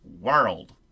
world